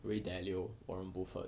ray dalio warren buffett